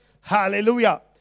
Hallelujah